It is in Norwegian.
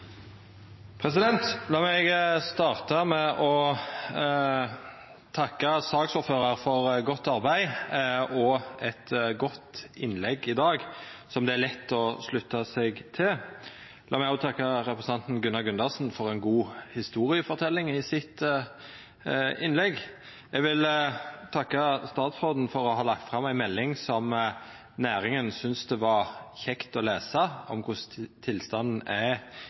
dag, som det er lett å slutta seg til. La meg òg takka representanten Gunnar Gundersen for ei god historieforteljing i sitt innlegg. Eg vil takka statsråden for å ha lagt fram ei melding om korleis tilstanden er i skogen og i skogindustrien, som næringa syntest det var kjekt å lesa, utan at meldinga var hefta med tiltak og forslag som øydela leserytmen. Skogen er